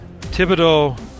Thibodeau